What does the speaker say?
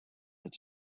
have